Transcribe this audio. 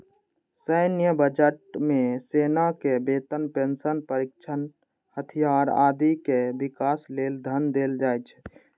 सैन्य बजट मे सेनाक वेतन, पेंशन, प्रशिक्षण, हथियार, आदिक विकास लेल धन देल जाइ छै